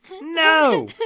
No